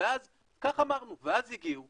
כך אמרנו, ואז הגיעו